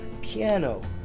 piano